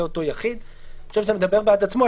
אותו יחיד." אני חושב שזה מדבר בעד עצמו.